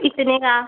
इतने का